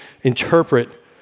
interpret